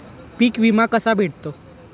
पीक विमा कसा भेटतो?